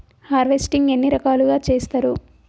Harvesting ఎన్ని రకాలుగా చేస్తరు?